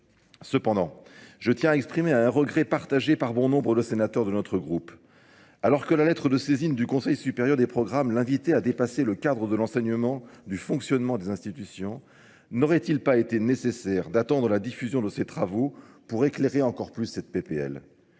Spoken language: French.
Cependant, je tiens à exprimer un regret partagé par bon nombre de sénateurs de notre groupe. Alors que la lettre de saisine du Conseil supérieur des programmes l'invitait à dépasser le cadre de l'enseignement du fonctionnement des institutions, n'aurait-il pas été nécessaire d'attendre la diffusion de ces travaux pour éclairer encore plus cette PPL ?